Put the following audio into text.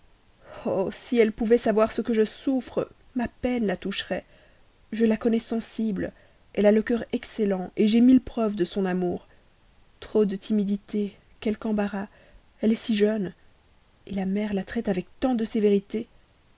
oh si elle pouvait savoir ce que je souffre ma peine la toucherait je la connais sensible elle a le cœur excellent j'ai mille preuves de son amour trop de timidité quelque embarras elle est si jeune sa mère la traite avec tant de sévérité